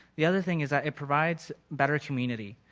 the other thing is that it provides better community.